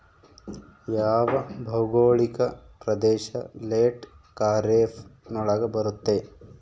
ಯಾವ ಭೌಗೋಳಿಕ ಪ್ರದೇಶ ಲೇಟ್ ಖಾರೇಫ್ ನೊಳಗ ಬರುತ್ತೆ?